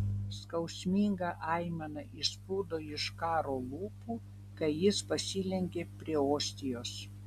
skausminga aimana išsprūdo iš karo lūpų kai jis pasilenkė prie ostijos